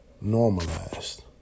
normalized